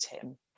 Tim